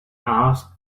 asked